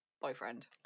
boyfriend